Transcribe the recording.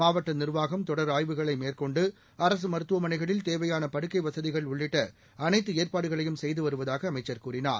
மாவட்ட நிர்வாகம் தொடர் ஆய்வுகளை மேற்கொண்டு அரசு மருத்துவமனைகளில் தேவையான படுக்கை வசதிகள் உள்ளிட்ட அனைத்து ஏற்பாடுகளையும் செய்து வருவதாக அமைச்சள் கூறினார்